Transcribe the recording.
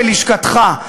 בלשכתך,